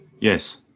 Yes